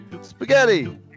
Spaghetti